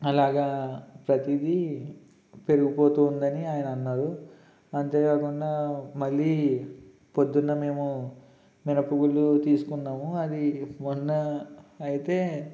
అలాగా ప్రతిదీ పెరిగిపోతూ ఉందని ఆయన అన్నారు అంతే కాకుండా మళ్ళీ పొద్దున్న మేము మినప గుళ్ళు తీసుకున్నాము అది మొన్న అయితే